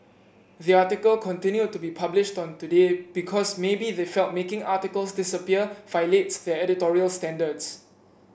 the article continued to be published on Today because maybe they felt making articles disappear violates their editorial standards